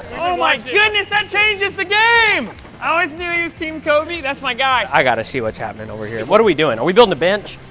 oh my goodness! that changes the game. i always knew he was team coby! that's my guy. i got to see what's happening over here. what are we doing? are we building a bench?